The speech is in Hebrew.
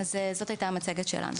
אז זאת הייתה המצגת שלנו.